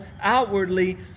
outwardly